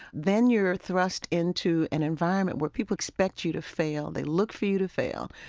then you're thrust into an environment where people expect you to fail. they look for you to fail.